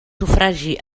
sufragi